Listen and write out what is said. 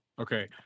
Okay